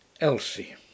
Elsie